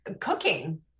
cooking